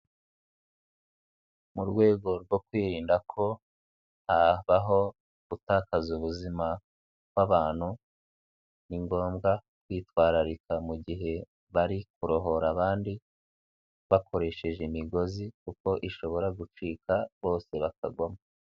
Mu rwego rwo kwirinda ko habaho gutakaza ubuzima bw'abantu, ni ngombwa kwitwararika mu gihe bari kurohora abandi bakoresheje imigozi kuko ishobora gucika bose bakagwama.